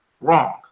wrong